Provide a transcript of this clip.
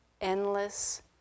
endless